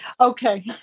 Okay